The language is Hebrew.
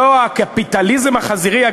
ולא הקפיטליזם החזירי.